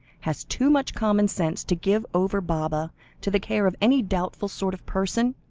has too much common sense to give over baba to the care of any doubtful sort of person?